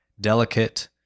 delicate